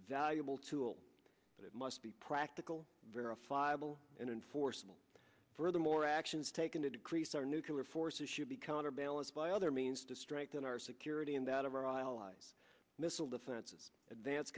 valuable tool but it must be practical verifiable and enforceable furthermore actions taken to decrease our nuclear forces should be counterbalanced by other means to strengthen our security and that of our allies missile defenses advance